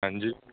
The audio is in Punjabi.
ਹਾਂਜੀ